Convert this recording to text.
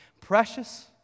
precious